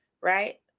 right